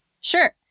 sure